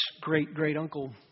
great-great-uncle